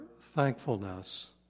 thankfulness